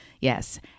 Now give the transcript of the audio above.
Yes